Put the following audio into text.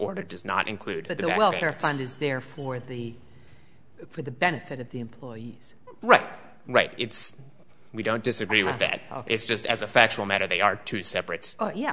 order does not include that the welfare fund is there for the for the benefit of the employees right right it's we don't disagree with that it's just as a factual matter they are two separate